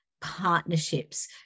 partnerships